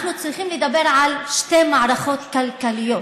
אנחנו צריכים לדבר על שתי מערכות כלכליות.